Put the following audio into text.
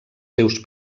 seus